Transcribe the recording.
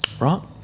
right